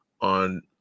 on